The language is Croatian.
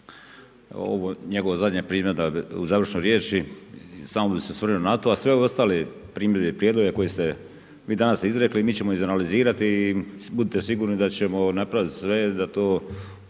se ne razumije./… u završnoj riječi, samo bi se osvrnuo na to. A svo ostale primjedbe i prijedloge, koje ste vi danas izrekli, mi ćemo izanalizirali i budite sigurni, da ćemo napraviti sve, da to